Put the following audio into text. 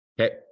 Okay